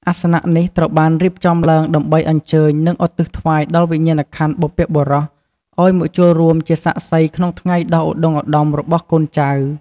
អាសនៈនេះត្រូវបានរៀបចំឡើងដើម្បីអញ្ជើញ និងឧទ្ទិសថ្វាយដល់វិញ្ញាណក្ខន្ធបុព្វបុរសឲ្យមកចូលរួមជាសាក្សីក្នុងថ្ងៃដ៏ឧត្តុង្គឧត្តមរបស់កូនចៅ។